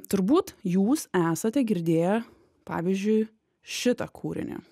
turbūt jūs esate girdėję pavyzdžiui šitą kūrinį